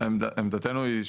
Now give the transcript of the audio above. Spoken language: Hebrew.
עמדתינו היא,